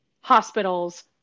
hospitals